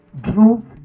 drew